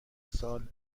سال